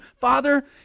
Father